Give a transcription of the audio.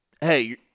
hey